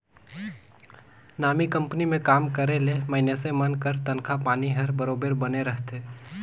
नामी कंपनी में काम करे ले मइनसे मन कर तनखा पानी हर बरोबेर बने रहथे